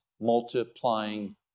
multiplying